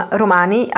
romani